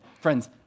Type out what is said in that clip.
Friends